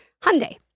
Hyundai